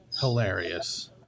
hilarious